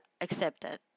accepted